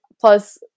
plus